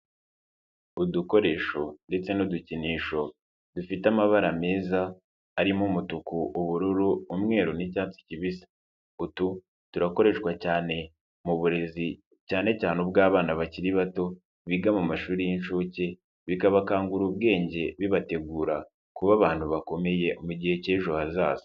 Udukoresho ndetse n'udukinisho dufite amabara meza, arimo umutuku, ubururu, umweru n'icyatsi kibisi. Utu turakoreshwa cyane mu burezi cyane cyane ubw'abana bakiri bato, biga mu mashuri y'inshuke, bikabakangura ubwenge bibategura kuba abantu bakomeye mu gihe cy'ejo hazaza.